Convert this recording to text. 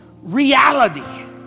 reality